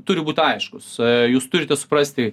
turi būt aiškus jūs turite suprasti